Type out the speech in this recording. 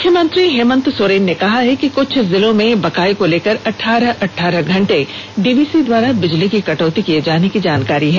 मुख्यमंत्री हेमंत सोरेन ने कहा कि कुछ जिलों में बकाए को लेकर अठारह अठारह घंटे डीवीसी द्वारा बिजली की कटौती किये जाने की जानकारी है